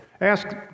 Ask